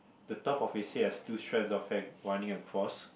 the top of his head has two strands of hair running across